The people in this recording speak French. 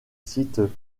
sites